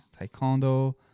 taekwondo